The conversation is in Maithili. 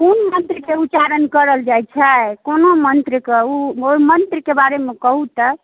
कोन मंत्रके उच्चारण करल जाइत छै कोनो मंत्र कऽ ओ ओहि मंत्रके बारेमे कहु तऽ